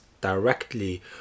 directly